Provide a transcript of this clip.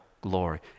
glory